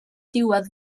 diwedd